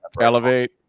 Elevate